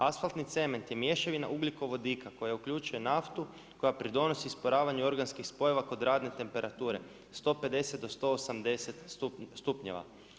Asfaltni cement je mješavina ugljikovodika koja uključuje naftu koja pridonosi isparavanju organskih spojeva kod radne temperature 150 do 180 stupnjeva.